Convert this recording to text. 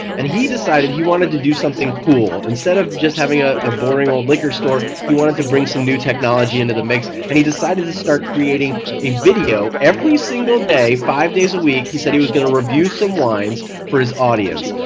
and he decided he wanted to do something cool, instead of just having ah a boring old liquor store he wanted to bring some new technology into the mix and he decided to start creating a video every single day, five days a week he said he was going to review some wines for his audience,